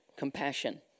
compassion